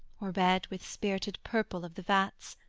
or red with spirted purple of the vats,